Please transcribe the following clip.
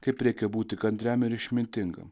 kaip reikia būti kantriam ir išmintingam